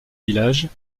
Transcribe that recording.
village